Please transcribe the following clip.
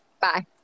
Bye